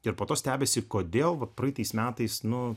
ir po to stebisi kodėl va praeitais metais nu